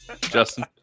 Justin